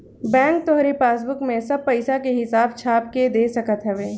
bank तोहरी passbook में सब पईसा के हिसाब छाप के दे सकत हवे